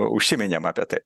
užsiminėm apie tai